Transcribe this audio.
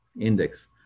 index